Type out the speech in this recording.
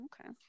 okay